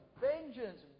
vengeance